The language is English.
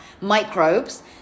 microbes